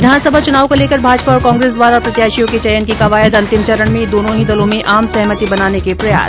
विधानसभा चुनाव को लेकर भाजपा और कांग्रेस द्वारा प्रत्याशियों के चयन की कवायद अंतिम चरण में दोनो ही दलों में आम सहमति बनाने के प्रयास